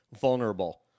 vulnerable